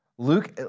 Luke